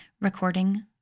recording